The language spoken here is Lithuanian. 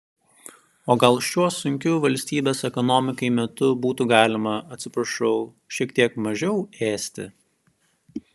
o gal šiuo sunkiu valstybės ekonomikai metu būtų galima atsiprašau šiek tiek mažiau ėsti